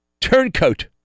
Turncoat